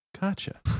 Gotcha